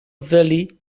valley